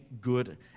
good